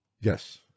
Yes